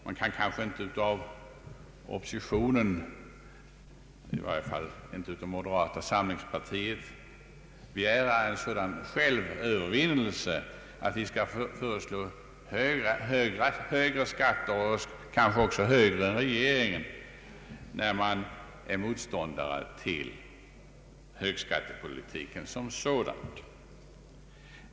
Man kan kanske inte av oppositionen — i varje fall inte av moderata samlingspartiet — begära en sådan självövervinnelse att den skall föreslå högre skatter, kanske ännu högre än regeringen, när vi är motståndare till högskattepolitiken som sådan.